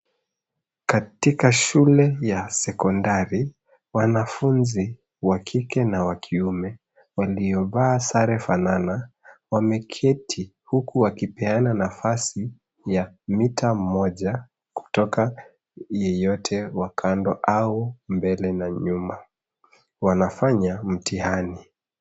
Katika shule ya sekondari wanafunzi wa kike na wa kiume waliovaa sare fanana wameketi huku wakipeana nafasi ya mita moja kutoka yeyote wa kando au mbele na nyuma, wanafanya mtihani.